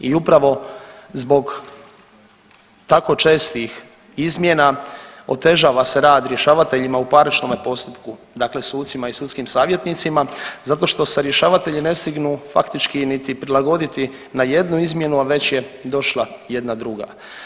I upravo zbog tako čestih izmjena otežava se rad rješavateljima u parničnome postupku, dakle sucima i sudskim savjetnicima zato što se rješavatelji ne stignu faktički niti prilagoditi na jednu izmjenu, a već je došla jedna druga.